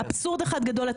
אבסורד אחד גדול.